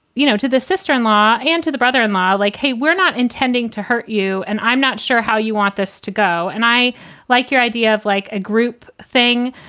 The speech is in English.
you know, to the sister in law and to the brother in law, like, hey, we're not intending to hurt you. and i'm not sure how you want this to go. and i like your idea of like a group thing.